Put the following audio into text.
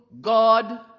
God